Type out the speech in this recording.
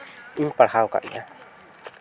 ᱤᱧ ᱯᱟᱲᱦᱟᱣ ᱟᱠᱟᱫ ᱜᱮᱭᱟ